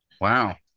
Wow